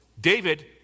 David